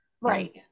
Right